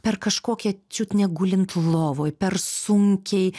per kažkokią čiut ne gulint lovoj per sunkiai